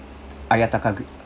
ayataka green